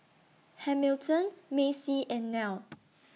Hamilton Macey and Nell